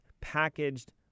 packaged